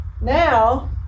Now